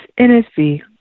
NSV